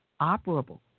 operable